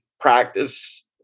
practice